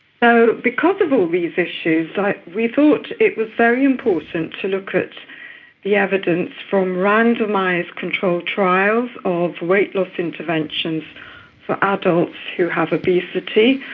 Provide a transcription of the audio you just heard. so because of all these issues, but we thought it was very important to look at the evidence from randomised control trials of weight loss interventions for adults who have obesity,